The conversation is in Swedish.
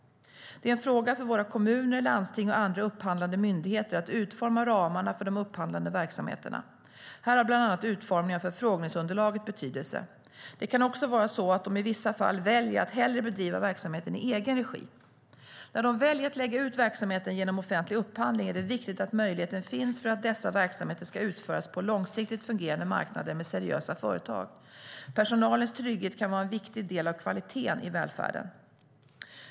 Det är en fråga för våra kommuner, landsting och andra upphandlande myndigheter att utforma ramarna för de upphandlande verksamheterna. Här har bland annat utformningen av förfrågningsunderlaget betydelse. Det kan också vara så att de i vissa fall väljer att hellre bedriva verksamheten i egen regi. När de väljer att lägga ut verksamheter genom offentlig upphandling är det viktigt att möjligheter finns för att dessa verksamheter ska utföras på långsiktigt fungerande marknader med seriösa företag. Personalens trygghet kan vara en viktig del av kvaliteten i välfärden.